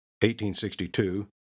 1862